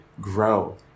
grow